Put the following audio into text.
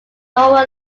lower